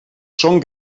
són